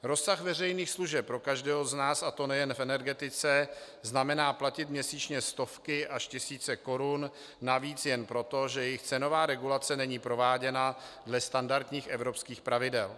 Rozsah veřejných služeb pro každého z nás, a to nejen v energetice, znamená platit měsíčně stovky až tisíce korun navíc jen proto, že jejich cenová regulace není prováděna dle standardních evropských pravidel.